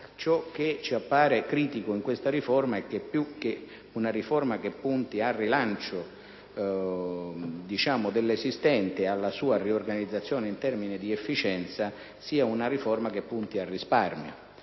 ciò che ci appare critico è che, più che trattarsi di una riforma che punti al rilancio dell'esistente e alla sua riorganizzazione in termini di efficienza, sia una riforma che punta al risparmio